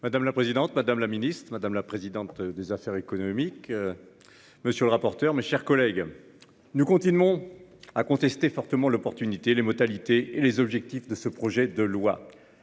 Madame la présidente, madame la ministre, madame la présidente des affaires économiques. Monsieur le rapporteur. Mes chers collègues. Nous continuons à contester fortement l'opportunité, les modalités et les objectifs de ce projet de loi.